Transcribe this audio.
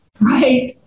Right